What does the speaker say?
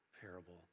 parable